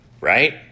right